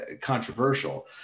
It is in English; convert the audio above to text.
controversial